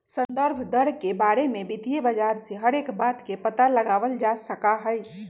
संदर्भ दर के बारे में वित्तीय बाजार से हर एक बात के पता लगावल जा सका हई